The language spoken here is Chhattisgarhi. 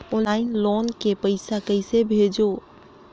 ऑनलाइन लोन के पईसा कइसे भेजों?